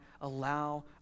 allow